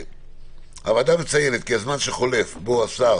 הוועדה מציינת שהזמן שחולף בו השר